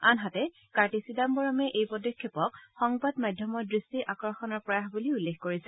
আনহাতে কাৰ্তি চিদাম্বৰমে এই পদক্ষেপক সংবাদ মাধ্যমৰ দৃষ্টি আকৰ্ষণৰ প্ৰয়াস বুলি উল্লেখ কৰিছে